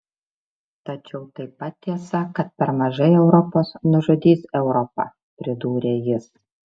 tačiau taip pat tiesa kad per mažai europos nužudys europą pridūrė jis